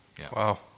Wow